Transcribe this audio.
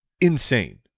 insane